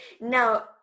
Now